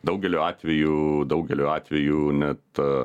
daugeliu atvejų daugeliu atvejų net